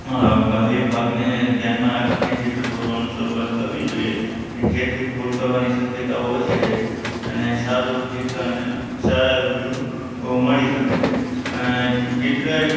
અ બાહ્ય ભાગને ધ્યાનમાં રાખીને ચિત્ર દોરવાનો શરુઆત કરવી જોઈએ જેથી ભૂલ કરવાની શક્યતા ઓછી રહે છે અને સારું એવું ચિત્ર અને સારા એવા વ્યૂ મળી શકે છે અને ચિત્ર એક